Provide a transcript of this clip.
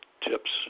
tips